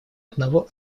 одного